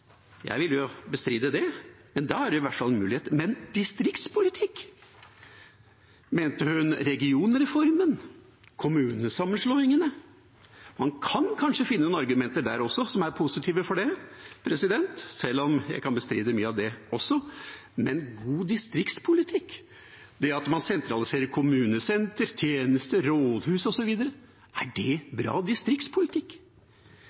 bestride det, men da er det i hvert fall en mulighet. Men distriktspolitikk? Mente hun regionreformen? Kommunesammenslåingene? Man kan kanskje finne argumenter der også som er positive, selv om jeg kan bestride mye av det også. Men god distriktspolitikk? Det at man sentraliserer kommunesenter, tjenester, rådhus osv. – er